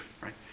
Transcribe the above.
right